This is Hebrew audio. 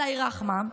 אללה ירחמם,